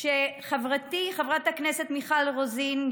כשחברתי חברת הכנסת מיכל רוזין,